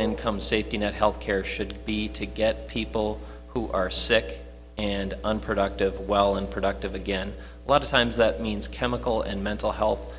income safety net health care should be to get people who are sick and unproductive well and productive again a lot of times that means chemical and mental health